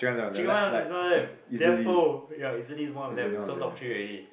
chicken rice is one of them ya easily is one of them so top three already